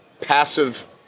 passive